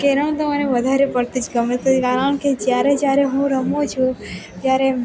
carrom તો મને વધારે પડતી જ ગમે છે કારણ કે જ્યારે જ્યારે હું રમું છું ત્યારે